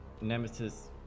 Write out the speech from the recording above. Nemesis